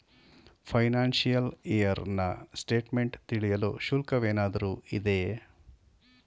Financial year ನ statement ತಿಳಿಯಲು ಶುಲ್ಕವೇನಾದರೂ ಇದೆಯೇ?